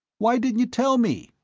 why didn't you tell me,